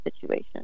situation